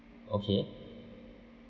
okay